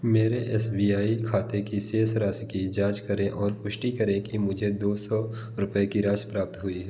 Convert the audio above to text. मेरे S B I खाते की शेष राशि की जाँच करें और पुष्टि करें कि मुझे दो सौ रुपये की राशि प्राप्त हुई है